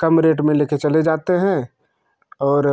कम rate में लेकर चले जाते हैं और